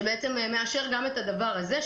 שמאשר גם את הדבר הזה.